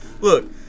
Look